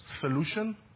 solution